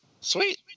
Sweet